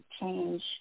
change